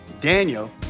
Daniel